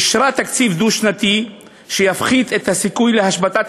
אישרה תקציב דו-שנתי שיפחית את הסיכוי להשבתת